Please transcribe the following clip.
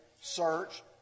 search